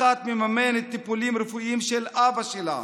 אחת מממנת טיפולים רפואיים של אבא שלה.